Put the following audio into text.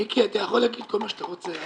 מיקי, אתה יכול להגיד כל מה שאתה רוצה.